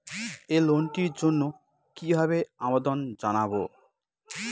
এই লোনটির জন্য কিভাবে আবেদন জানাবো?